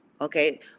okay